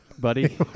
buddy